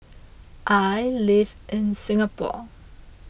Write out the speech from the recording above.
I live in Singapore